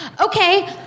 okay